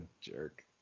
jerk